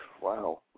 wow